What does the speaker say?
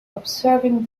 observing